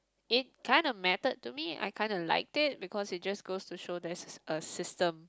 it kinda mattered to me I kinda liked it because it just goes to show there's a system